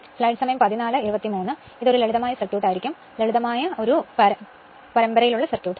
അതിനാൽ ഇത് ഒരു ലളിതമായ സർക്യൂട്ട് ആയിരിക്കും ലളിതമായ സീരീസ് സർക്യൂട്ട്